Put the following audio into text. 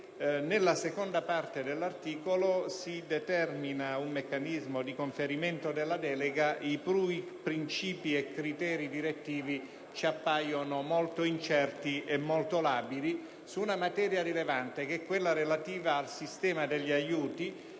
nella seconda parte dell'articolo 3, si determina un meccanismo di conferimento della delega i cui princìpi e criteri direttivi ci appaiono molto incerti e molto labili su una materia rilevante: quella relativa al sistema degli aiuti,